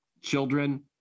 children